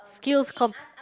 skills com